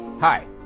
Hi